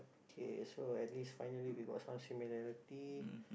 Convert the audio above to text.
K so at least finally we got some similarity